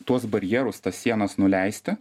tuos barjerus tas sienas nuleisti